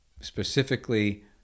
specifically